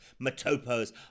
Matopos